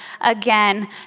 again